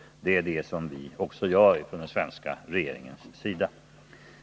Det är också det den svenska regeringen gör.